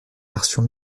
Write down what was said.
garçon